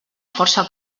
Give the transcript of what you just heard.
força